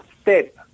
step